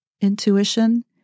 intuition